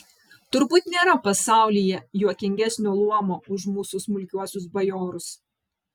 turbūt nėra pasaulyje juokingesnio luomo už mūsų smulkiuosius bajorus